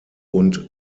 und